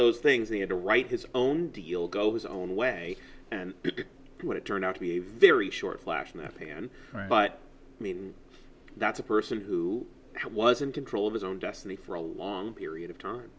those things he had to write his own deal go his own way and what it turned out to be a very short slash nothin but i mean that's a person who was in control of his own destiny for a long period of time